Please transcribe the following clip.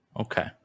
Okay